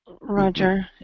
roger